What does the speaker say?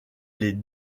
les